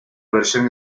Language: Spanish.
versión